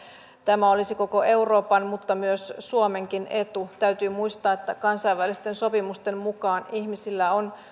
tämä olisi koko euroopan mutta myös suomenkin etu täytyy muistaa että kansainvälisten sopimusten mukaan ihmisillä on